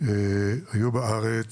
היו בארץ